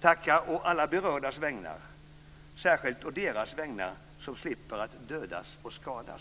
Jag tackar å alla berördas vägnar, särskilt å deras vägnar som slipper att dödas och skadas.